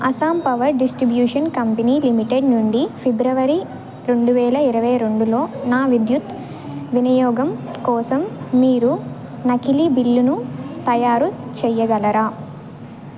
Assam power distribution company limited నుండి ఫిబ్రవరి రెండువేల ఇరవైరెండులో నా విద్యుత్ వినియోగం కోసం మీరు నకిలీ బిల్లును తయారు చేయగలరా